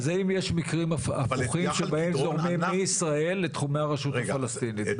אז האם יש מקרים הפוכים שבהם זורמים מישראל לתחומי הרשות הפלסטינית,